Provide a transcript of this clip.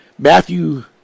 Matthew